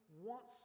wants